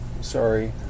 Sorry